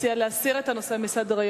הציע להסיר את הנושא מסדר-היום,